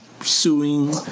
suing